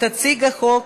תציג את החוק